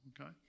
okay